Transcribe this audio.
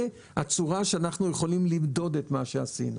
זה הצורה שאנחנו יכולים למדוד את מה שעשינו.